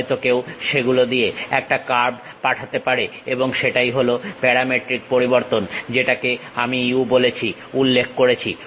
হয়তো কেউ সেগুলো দিয়ে একটা কার্ভ পাঠাতে পারে এবং সেটাই হলো প্যারামেট্রিক পরিবর্তন যেটাকে আমি u বলেছি উল্লেখ করেছি